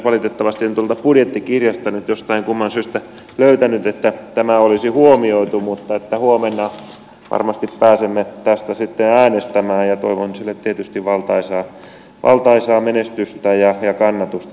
valitettavasti en tuolta budjettikirjasta nyt jostain kumman syystä löytänyt että tämä olisi huomioitu mutta huomenna varmasti pääsemme tästä äänestämään ja toivon sille tietysti valtaisaa menestystä ja kannatusta tässä salissa